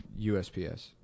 USPS